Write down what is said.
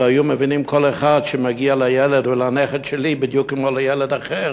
אלא היה מבין כל אחד שמגיע לילד או לנכד שלי בדיוק כמו לילד אחר,